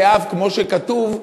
באב, כמו שכתוב,